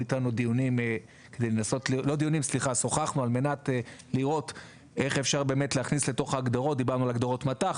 על מנת לראות איך אפשר להכניס אותו לתוך הגדרות מט"ח,